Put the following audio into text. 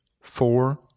four